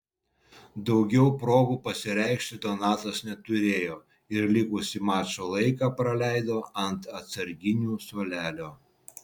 daugiau progų pasireikšti donatas neturėjo ir likusį mačo laiką praleido ant atsarginių suolelio